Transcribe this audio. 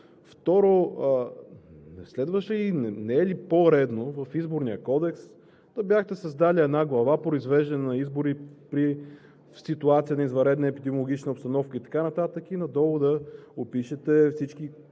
Второ, не е ли по-редно в Изборния кодекс да бяхте създали една глава „Произвеждане на избори при ситуация на извънредна епидемиологична обстановка“ и така нататък, и надолу да опишете това,